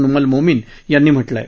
नुमल मोमीन यांनी म्हटलं आहे